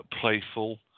playful